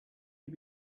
you